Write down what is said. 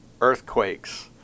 earthquakes